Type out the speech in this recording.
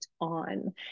on